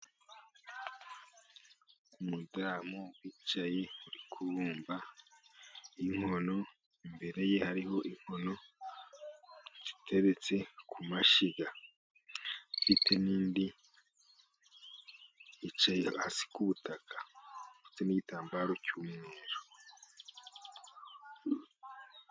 Umudamu wicaye uri kubumba inkono. Imbere ye hariho inkono ziteretse ku mashyiga, afite n'indi, yicaye hasi ku butaka, ndetse n'igitambaro cy'umweru.